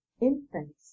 infants